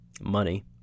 money